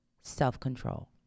self-control